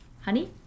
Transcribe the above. Honey